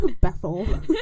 Bethel